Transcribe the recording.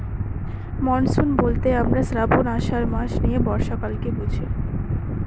monsoon বলতে আমরা শ্রাবন, আষাঢ় মাস নিয়ে বর্ষাকালকে বুঝি